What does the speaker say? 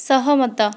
ସହମତ